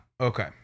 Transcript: Okay